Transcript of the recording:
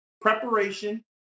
preparation